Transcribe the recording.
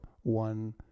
one